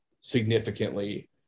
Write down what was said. significantly